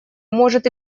может